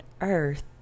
earth